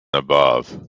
above